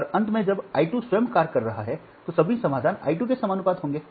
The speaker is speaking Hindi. और अंत में जब I 2 स्वयं कार्य कर रहा है तो सभी समाधान I 2 के समानुपाती होंगे